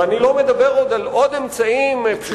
ואני לא מדבר על עוד אמצעים פשוטים,